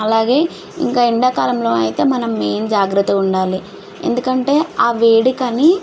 అలాగే ఇంకా ఎండాకాలంలో అయితే మనం మెయిన్ జాగ్రత్తగా ఉండాలి ఎందుకంటే ఆ వేడికని